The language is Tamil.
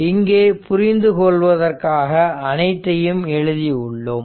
இங்கே புரிந்து கொள்வதற்காக அனைத்தையும் எழுதியுள்ளோம்